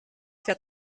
fährt